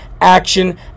action